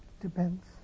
depends